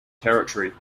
territory